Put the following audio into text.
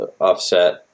offset